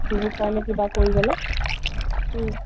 বিহু কাৰণে কিবা কৰিবলৈ